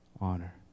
Honor